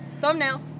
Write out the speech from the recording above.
thumbnail